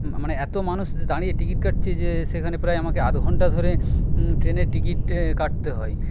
মানে এত মানুষ দাঁড়িয়ে টিকিট কাটছে যে সেখানে প্রায় আমাকে আধ ঘন্টা ধরে ট্রেনের টিকিট কাটতে হয়